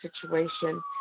situation